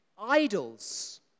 idols